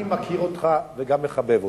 אני מכיר אותך וגם מחבב אותך,